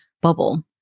bubble